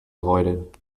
avoided